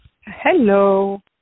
Hello